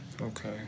Okay